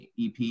EP